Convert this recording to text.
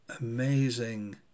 amazing